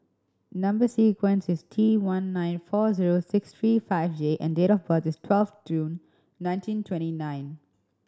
number sequence is T one nine four zero six three five J and date of birth is twelve June nineteen twenty nine